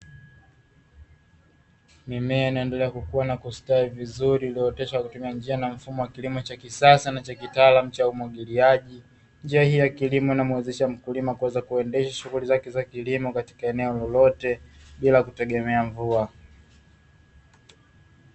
Mimea inaendelea kukua na kustawi vizuri ulioteshwa na mfumo wa kilimo cha kisasa na cha kitaalamu cha umwagiliaji, njia hii ya kilimo kuweza kuendesha shughuli zake za kilimo katika eneo lolote bila kutegemea mvua.